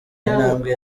intambwe